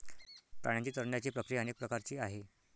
प्राण्यांची चरण्याची प्रक्रिया अनेक प्रकारची आहे